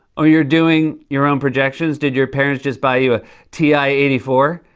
oh, you're doing your own projections? did your parents just buy you a ti eighty four?